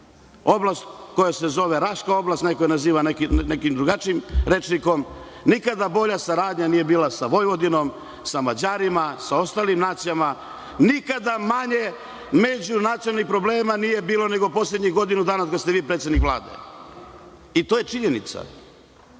oblasti koja se zove Raška oblast, neko je naziva nekim drugačijim rečnikom, nikada bolja saradnja nije bila sa Vojvodinom, sa Mađarima, sa ostalim nacijama, nikada manje međunacionalnih problema nije bilo nego poslednjih godinu dana od kada ste vi predsednik Vlade. To je činjenica. Da